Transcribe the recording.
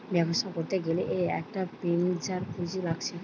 ব্যবসা করতে গ্যালে একটা ভেঞ্চার পুঁজি লাগছে